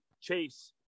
Chase